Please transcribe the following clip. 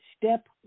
step